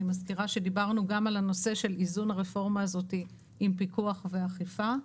אני מזכירה שדיברנו גם על הנושא של איזון הרפורמה הזאת עם פיקוח ואכיפה.